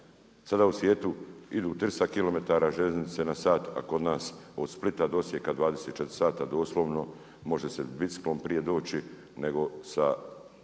Sada u svijetu idu 300 kilometara željeznice na sat, a kod nas od Splita do Osijeka 24 sata doslovno, može se biciklom prije doći, nego sa